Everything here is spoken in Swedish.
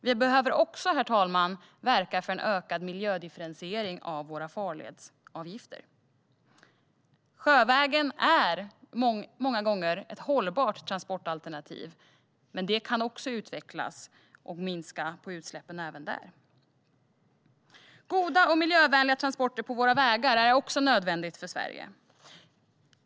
Vi behöver också, herr talman, verka för en ökad miljödifferentiering av våra farledsavgifter. Sjövägen är många gånger ett hållbart transportalternativ, men det kan också utvecklas. Även där kan utsläppen minskas. Goda och miljövänliga transporter på våra vägar är också nödvändigt för Sverige.